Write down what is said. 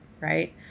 right